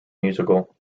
musical